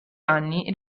anni